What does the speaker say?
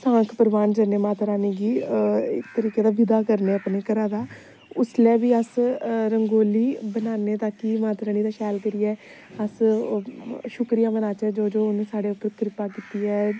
सांख परवान जन्ने माता रानी गी इक तरीके दा विदा करने आं अपनी घरा दा उसलै बी अस रंगोली बनान्ने ताकि माता रानी दा शैल करियै अस ओह् शुक्रिया मनाचै जो जो उनें साढ़े उप्पर कृपा कीती ऐ